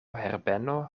herbeno